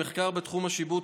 המחקר בתחום השיבוט,